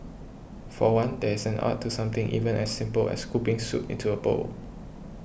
for one there is an art to something even as simple as scooping soup into a bowl